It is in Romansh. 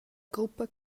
gruppa